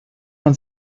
man